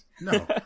No